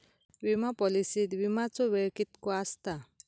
विमा पॉलिसीत विमाचो वेळ कीतको आसता?